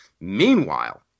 meanwhile